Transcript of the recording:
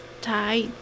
tie